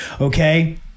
okay